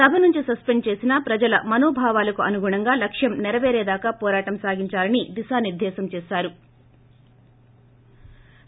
సభ నుంచి సస్సెండ్ చేసినా ప్రజల మనో భావాలకు అనుగుణంగా లక్ష్యం సెరపేరేదాకా ఏోరాటం సాగించాలని దిశానిర్దేశం చేశారు